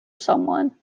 someone